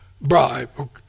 bribe